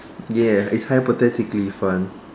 ya it's hypothetically fun